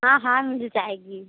हाँ हाँ मिल जाएगी